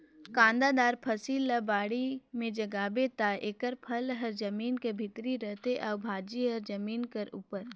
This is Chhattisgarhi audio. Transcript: कांदादार फसिल ल बाड़ी में जगाबे ता एकर फर हर जमीन कर भीतरे रहथे अउ भाजी हर जमीन कर उपर